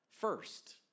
first